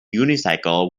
unicycle